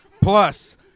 plus